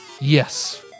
Yes